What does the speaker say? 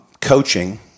coaching